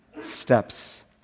steps